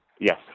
Yes